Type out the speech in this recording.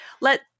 let